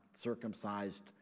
circumcised